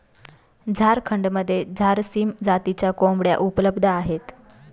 झारखंडमध्ये झारसीम जातीच्या कोंबड्या उपलब्ध आहेत